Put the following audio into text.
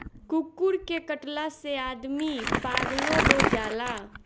कुकूर के कटला से आदमी पागलो हो जाला